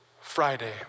Friday